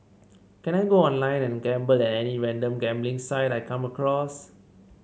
can I go online and gamble at any random gambling site I come across